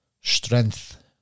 Strength